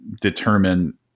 determine